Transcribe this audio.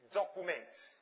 documents